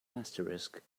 asterisk